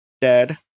dead